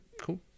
Cool